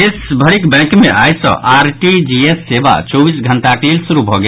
देशभरिक बैंक मे आई सँ आरटीजीएस सेवा चौबीस घंटाक लेल शुरू भऽ गेल